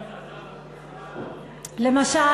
למשל,